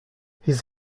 his